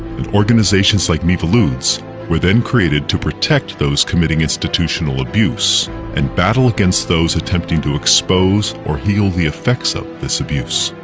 and organizations like miviludes were then created to protect those committing institutional abuse and battle against those attempting to expose or heal the effects of this abuse.